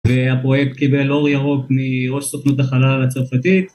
והפרויקט קיבל אור ירוק מראש סוכנות החלל הצרפתית